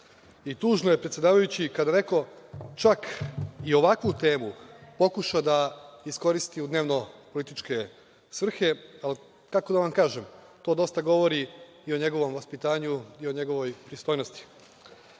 stranačke podele. Tužno je kada neko čak i ovakvu temu pokuša da iskoristi u dnevno-političke svrhe. Kako da vam kažem, to dosta govori i o njegovom vaspitanju i o njegovoj pristojnosti. Dame